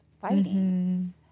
fighting